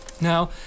Now